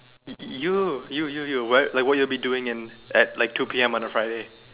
you you you you like what you will be doing at like two P_M on a Friday